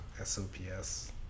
S-O-P-S